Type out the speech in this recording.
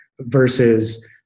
versus